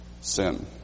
sin